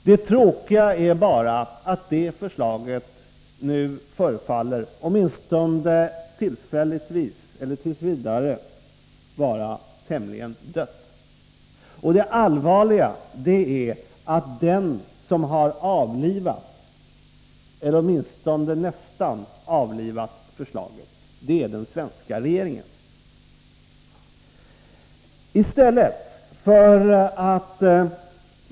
Det tråkiga är bara att förslaget nu förefaller att åtminstone t. v. vara tämligen dött. Det allvarliga är att den som har avlivat eller åtminstone nästan avlivat förslaget är den svenska regeringen.